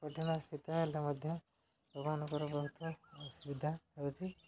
କଠିନ ଶୀତ ହେଲେ ମଧ୍ୟ ଲୋକମାନଙ୍କର ବହୁତ ଅସୁବିଧା ହେଉଛି